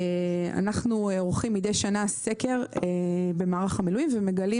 מדי שנה אנחנו עורכים סקר במערך המילואים ומגלים